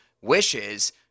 wishes